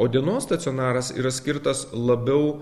o dienos stacionaras yra skirtas labiau